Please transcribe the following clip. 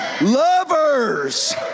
lovers